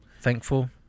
thankful